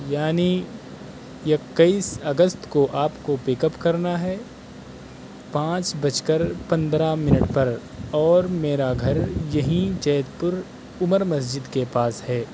یعنی اکیس اگست کو آپ کو پک اپ کرنا ہے پانچ بج کر پندرہ منٹ پر اور میرا گھر یہی جیت پور عمر مسجد کے پاس ہے